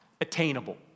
attainable